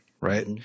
right